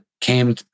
came